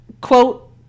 quote